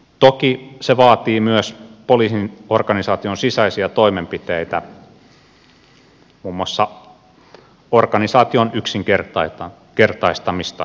toki se vaatii myös poliisin organisaation sisäisiä toimenpiteitä muun muassa organisaation yksinkertaistamista